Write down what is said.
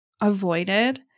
avoided